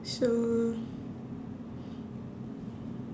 so